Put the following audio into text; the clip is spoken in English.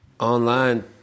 Online